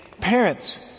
parents